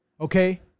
Okay